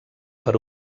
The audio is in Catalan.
per